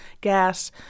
gas